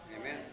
Amen